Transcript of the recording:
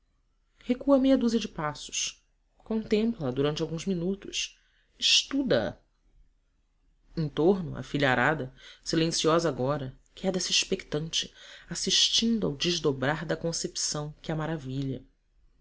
cambadas recua meia dúzia de passos contempla a durante alguns minutos estuda a em torno a filharada silenciosa agora queda se expectante assistindo ao desdobrar da concepção que a maravilha